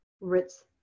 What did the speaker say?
Ritz